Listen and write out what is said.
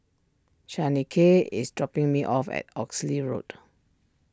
Shaniqua is dropping me off at Oxley Road